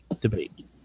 debate